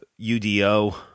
UDO